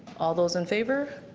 all those in favor?